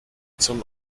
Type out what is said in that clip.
zum